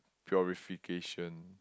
purification